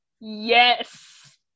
yes